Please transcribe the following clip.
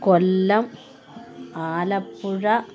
Kollam Alappuzha